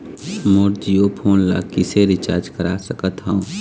मोर Jio phone ला किसे recharge करा सकत हवं?